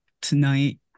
tonight